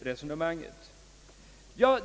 resonemang?